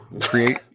Create